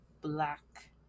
black